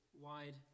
wide